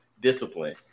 discipline